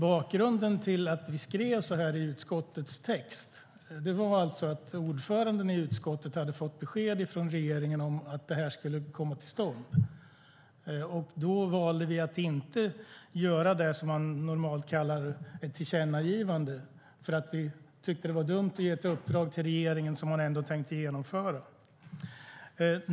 Bakgrunden till att vi skrev så här i utskottets text var att ordföranden i utskottet hade fått besked från regeringen om att det här skulle komma till stånd. Då valde vi att inte göra ett tillkännagivande; vi tyckte att det var dumt att ge ett uppdrag till regeringen om något man ändå tänkte genomföra.